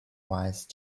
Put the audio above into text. wise